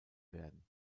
werden